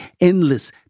endless